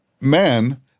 man